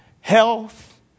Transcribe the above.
health